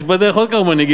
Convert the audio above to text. יש בדרך עוד כמה מנהיגים.